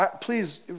please